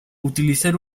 utilizar